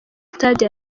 stade